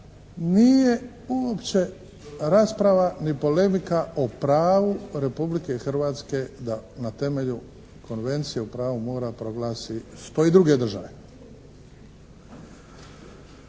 nije uopće rasprava ni polemika o pravu Republike Hrvatske da na temelju Konvencije o pravu mora proglasi što i druge države.